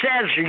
says